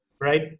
right